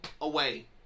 away